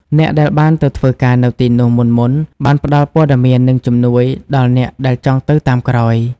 អ្នកដែលបានទៅធ្វើការនៅទីនោះមុនៗ បានផ្ដល់ព័ត៌មាន និងជំនួយដល់អ្នកដែលចង់ទៅតាមក្រោយ។